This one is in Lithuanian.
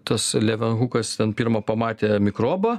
tas levenhukas pirmą pamatė mikrobą